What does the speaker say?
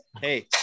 Hey